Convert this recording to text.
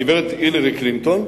הגברת הילרי קלינטון,